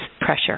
pressure